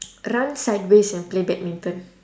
run sideways and play badminton